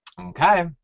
Okay